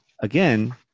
again